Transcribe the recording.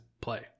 play